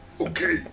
Okay